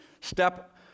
step